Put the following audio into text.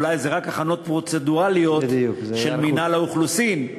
אולי זה רק הכנות פרוצדורליות של מינהל האוכלוסין,